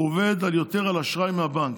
הוא עובד יותר על אשראי מהבנק.